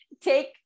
take